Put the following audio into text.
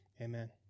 Amen